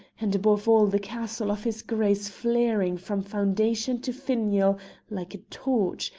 and above all the castle of his grace flaring from foundation to finial like a torch,